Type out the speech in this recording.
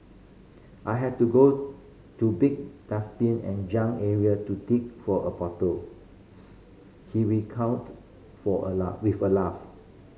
I had to go to big dustbin and junk area to dig for a bottle he recounted for a with a laugh